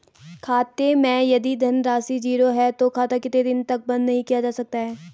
खाते मैं यदि धन राशि ज़ीरो है तो खाता कितने दिन तक बंद नहीं किया जा सकता?